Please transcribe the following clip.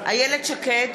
איילת שקד,